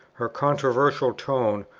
her controversial tone,